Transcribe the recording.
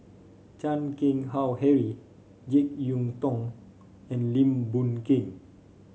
Chan Keng Howe Harry JeK Yeun Thong and Lim Boon Keng